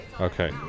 Okay